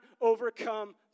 overcome